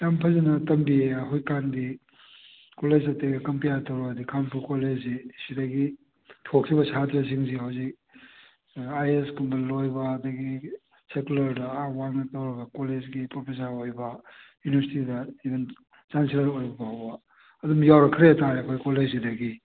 ꯌꯥꯝ ꯐꯖꯅ ꯇꯝꯕꯤꯌꯦ ꯍꯧꯖꯤꯛꯀꯥꯟꯗꯤ ꯀꯣꯂꯦꯖ ꯑꯇꯩꯒ ꯀꯝꯄꯤꯌꯥꯔ ꯇꯧꯔꯛꯑꯗꯤ ꯈꯥꯡꯉꯕꯣꯛ ꯀꯣꯂꯦꯖꯁꯤ ꯁꯤꯗꯒꯤ ꯊꯣꯛꯈꯤꯕ ꯁꯥꯇ꯭ꯔꯁꯤꯡꯁꯤ ꯍꯧꯖꯤꯛ ꯑꯥꯏ ꯑꯦꯁ ꯀꯨꯝꯕ ꯂꯣꯏꯕ ꯑꯗꯒꯤ ꯁꯦꯀꯨꯂꯔꯗ ꯑꯥ ꯋꯥꯡꯅ ꯇꯧꯔꯒ ꯀꯣꯂꯦꯖꯀꯤ ꯄ꯭ꯔꯣꯐꯦꯁꯥꯔ ꯑꯣꯏꯕ ꯌꯨꯅꯤꯚꯔꯁꯤꯇꯤꯗ ꯏꯕꯟ ꯆꯥꯟꯆꯦꯂꯔ ꯑꯣꯏꯕꯐꯥꯎꯕ ꯑꯗꯨꯝ ꯌꯥꯎꯔꯛꯈ꯭ꯔꯦ ꯍꯥꯏ ꯇꯥꯔꯦ ꯑꯩꯈꯣꯏ ꯀꯣꯂꯦꯖꯁꯤꯗꯒꯤ